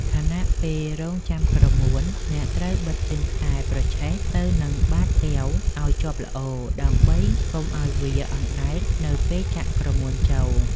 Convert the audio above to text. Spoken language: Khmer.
ខណៈពេលរង់ចាំក្រមួន អ្នកត្រូវបិទជើងខ្សែប្រឆេះទៅនឹងបាតកែវឱ្យជាប់ល្អ ដើម្បីកុំឱ្យវាអណ្ដែតនៅពេលចាក់ក្រមួនចូល។